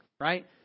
right